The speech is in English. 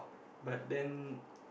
but then